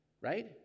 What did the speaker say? Right